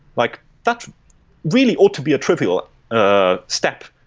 like that's really ought to be a trivial ah step,